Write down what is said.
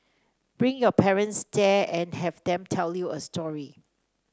bring your parents there and have them tell you a story